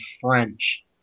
French